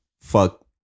fuck